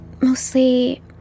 mostly